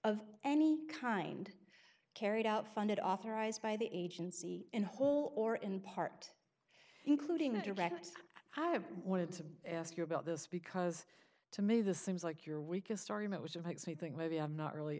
of any kind carried out funded authorized by the agency in whole or in part including a direct i have wanted to ask you about this because to me this seems like your weakest argument was of makes me think maybe i'm not really